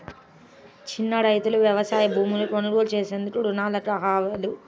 చిన్న రైతులు వ్యవసాయ భూములు కొనుగోలు చేసేందుకు రుణాలకు అర్హులా?